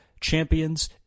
Champions